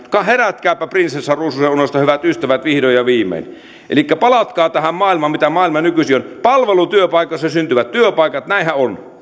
herätkääpä prinsessa ruususen unesta hyvät ystävät vihdoin ja viimein elikkä palatkaa tähän maailmaan mitä se nykyisin on palvelutyöpaikoissa syntyvät työpaikat näinhän on